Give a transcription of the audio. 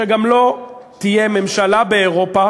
שגם לא תהיה ממשלה באירופה,